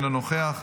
אינו נוכח,